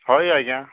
ହଇ ଆଜ୍ଞା